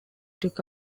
took